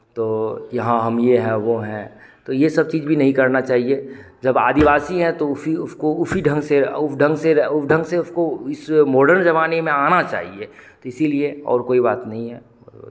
तो यहाँ हम ये हैं वो हैं तो ये सब चीज़ भी नहीं करना चाहिए जब आदिवासी हैं तो उसी उसको उसी ढंग से उस ढंग से उस ढंग से उसको इस मॉडर्न ज़माने में आना चाहिए तो इसीलिए और कोई बात नहीं है